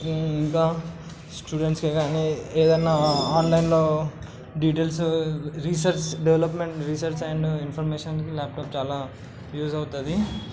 ఇంకా స్టూడెంట్స్కి కానీ ఏదన్నా ఆన్లైన్లో details research development research and ఇన్ఫర్మేషన్కి ల్యాప్టాప్ చాలా యూజ్ అవుతుంది